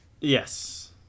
Yes